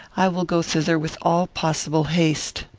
i will go thither with all possible haste.